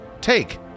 take